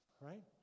Right